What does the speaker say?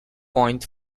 point